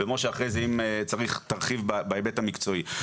ומשה, אחרי זה אם צריך תרחיב בהיבט המקצועי.